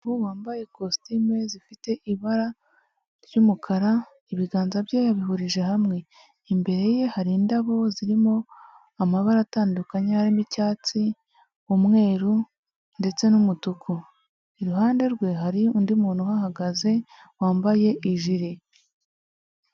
Umuntu wambaye ikositimu zifite ibara ry'umukara, ibiganza bye yabihurije hamwe, imbere ye hari indabo zirimo amabara atandukanye harimo icyatsi, umweru ndetse n'umutuku, iruhande rwe hari undi muntu uhahagaze wambaye ijire.